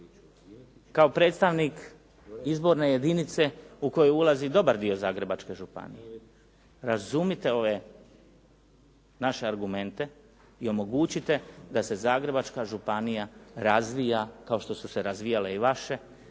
kao predstavnik izborne jedinice u koji ulazi dobar dio Zagrebačke županije, razumite ove naše argumente i omogućite da se Zagrebačka županija razvija kao što su se razvijale i vaše,